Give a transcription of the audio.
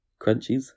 crunchies